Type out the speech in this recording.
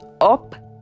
up